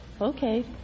Okay